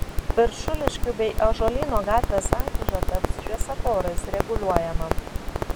viršuliškių bei ąžuolyno gatvės sankryža taps šviesoforais reguliuojama